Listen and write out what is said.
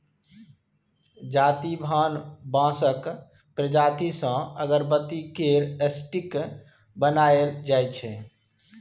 जाति भान बाँसक प्रजाति सँ अगरबत्ती केर स्टिक बनाएल जाइ छै